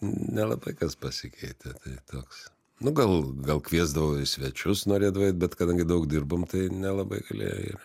nelabai kas pasikeitė toks nu gal gal kviesdavo į svečius norėdavai eit bet kadangi daug dirbom tai nelabai galėjo ir